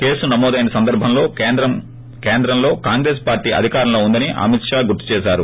case నమోదైన సందర్బంలో కేంద్రంలో కాంగ్రెస్ పార్టీ అధికారంలో ఉందని అమిత్ పా గుర్తుచేశారు